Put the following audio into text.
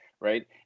Right